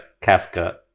Kafka